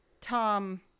Tom